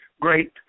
great